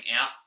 out